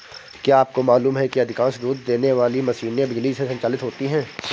क्या आपको मालूम है कि अधिकांश दूध देने वाली मशीनें बिजली से संचालित होती हैं?